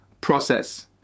Process